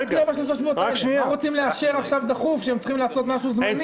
הם רוצים לאשר עכשיו דחוף שהם צריכים לעשות משהו זמני?